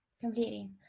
completely